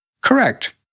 Correct